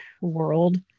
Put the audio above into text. world